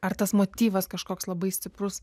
ar tas motyvas kažkoks labai stiprus